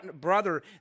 brother